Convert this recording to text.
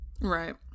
Right